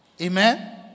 Amen